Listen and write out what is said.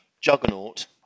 juggernaut